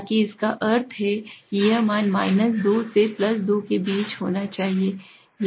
ताकि इसका अर्थ है कि यह मान 2 से 2 के बीच होना चाहिए